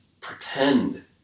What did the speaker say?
pretend